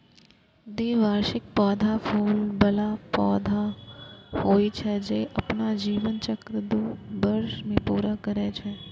द्विवार्षिक पौधा फूल बला पौधा होइ छै, जे अपन जीवन चक्र दू वर्ष मे पूरा करै छै